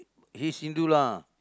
he's Hindu lah